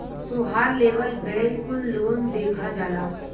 तोहार लेवल गएल कुल लोन देखा जाला